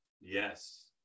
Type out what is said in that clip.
Yes